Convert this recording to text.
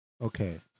Okay